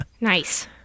Nice